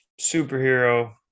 superhero